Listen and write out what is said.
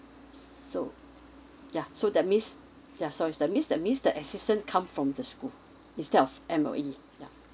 so yeuh so that means yeah sorry that means that means the assistance come from the school instead of M_O_E yeah